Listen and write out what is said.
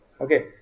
Okay